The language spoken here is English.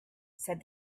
said